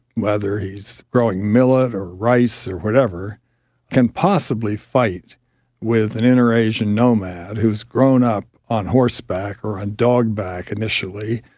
whether he's growing millet or rice or whatever can possibly fight with an inner-asian nomad who has grown up on horseback or ah dog-back initially,